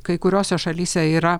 kai kuriose šalyse yra